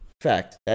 Fact